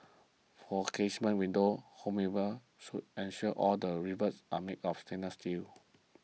for casement windows homeowners should ensure all that rivets are made of stainless steel